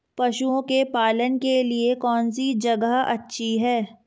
पशुओं के पालन के लिए कौनसी जगह अच्छी है?